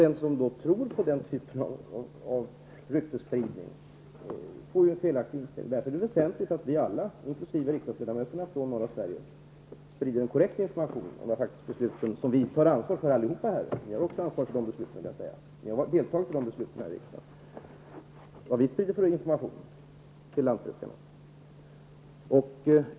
Den som då tror på den typen av ryktesspridning får ju en felaktig inställning. Det är därför väsentligt att vi alla, inkl. riksdagsledamöterna från norra Sverige, sprider korrekt information om vad de beslut innebär som vi alla har ansvar för. Ni har deltagit i de besluten här i riksdagen.